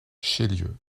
chélieu